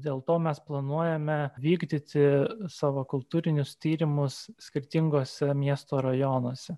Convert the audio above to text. dėl to mes planuojame vykdyti savo kultūrinius tyrimus skirtingose miesto rajonuose